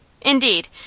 Indeed